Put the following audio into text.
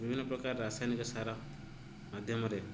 ବିଭିନ୍ନ ପ୍ରକାର ରାସାୟନିକ ସାର ମାଧ୍ୟମରେ